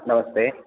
नमस्ते